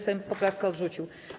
Sejm poprawkę odrzucił.